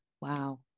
Wow